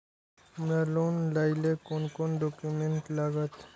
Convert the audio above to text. हमरा लोन लाइले कोन कोन डॉक्यूमेंट लागत?